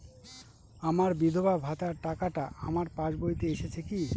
আমার বিধবা ভাতার টাকাটা আমার পাসবইতে এসেছে কি?